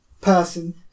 person